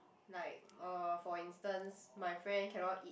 like uh for instance my friend cannot eat